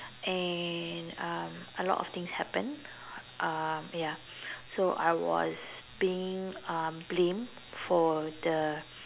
and um a lot of things happened um ya so I was being um blamed for the